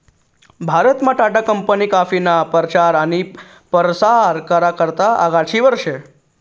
भारतमा टाटा कंपनी काफीना परचार आनी परसार करा करता आघाडीवर शे